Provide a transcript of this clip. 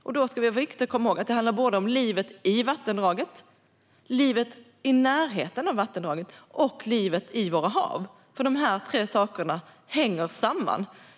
Då är det viktigt att komma ihåg att det handlar om livet i vattendragen, livet i närheten av vattendragen och livet i våra hav. Dessa tre saker hänger nämligen samman.